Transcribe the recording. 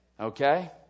Okay